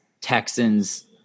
Texans